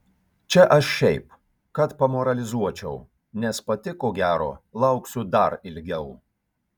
čia aš šiaip kad pamoralizuočiau nes pati ko gero lauksiu dar ilgiau